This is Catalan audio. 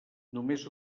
només